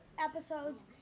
episodes